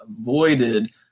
avoided